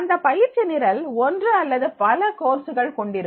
இந்த பயிற்சி நிரல் ஒன்று அல்லது பல கோர்ஸ்கள் கொண்டிருக்கும்